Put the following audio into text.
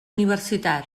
universitat